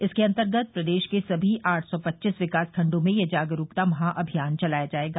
इसके अंतर्गत प्रदेश के सभी आठ सौ पच्चीस विकास खंडों में यह जागरूकता महाभियान चलाया जायेगा